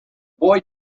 boy